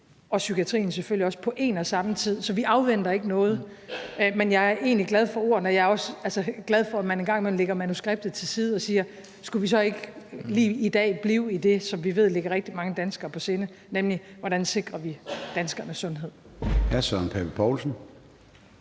godt kan gøre flere ting på en og samme tid. Så vi afventer ikke noget. Men jeg er egentlig glad for ordene. Jeg er også glad for, at man en gang imellem lægger manuskriptet til side og siger: Skulle vi så ikke lige i dag blive ved det, som vi ved ligger rigtig mange danskere på sinde, nemlig hvordan vi sikrer danskernes sundhed?